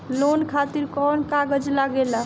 Loan खातिर कौन कागज लागेला?